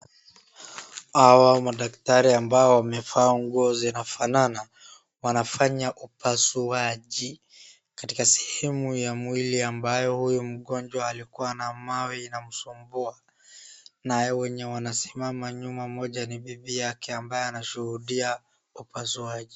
Hawa madaktari ambao wamevaa nguo zinafanana, wanafanya upasuaji katika sehemu ya mwili ambayo huyu mgonjwa alikuwa ana mawe inamsumbua. Na wenye wamesimama nyuma mmoja ni bibi yake ambaye anashuhudia upasuaji.